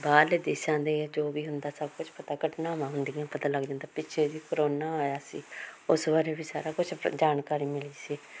ਬਾਹਰਲੇ ਦੇਸ਼ਾਂ ਦੇ ਜੋ ਵੀ ਹੁੰਦਾ ਸਭ ਕੁਛ ਪਤਾ ਘਟਨਾਵਾਂ ਹੁੰਦੀਆਂ ਪਤਾ ਲੱਗ ਜਾਂਦਾ ਪਿੱਛੇ ਵੀ ਕਰੋਨਾ ਆਇਆ ਸੀ ਉਸ ਬਾਰੇ ਵੀ ਸਾਰਾ ਕੁਛ ਜਾਣਕਾਰੀ ਮਿਲੀ ਸੀ